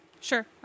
Sure